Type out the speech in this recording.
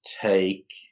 take